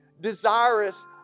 desirous